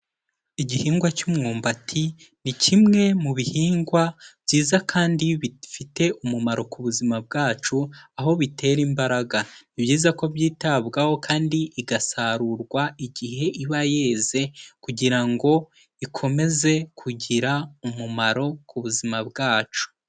Igihingwa cy'umwumbati ni kimwe mu bihingwa byiza kandi bifite umumaro ku buzima bwacu aho bitera imbaraga, ni byiza ko byitabwaho kandi igasarurwa igihe iba yeze kugira ngo ikomeze kugira umumaro ku buzima bwacu